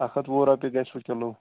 اَکھ ہَتھ وُہ رۄپیہِ گژھِ سُہ کِلوٗ